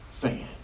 fan